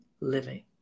living